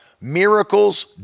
Miracles